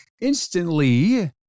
instantly